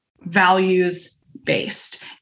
values-based